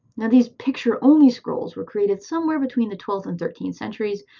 now these picture-only scrolls were created somewhere between the twelfth and thirteenth centuries,